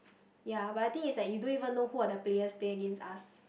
ya but the thing is that you don't even know who are the players playing against us